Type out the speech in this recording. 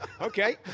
okay